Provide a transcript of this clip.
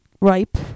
ripe